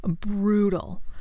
brutal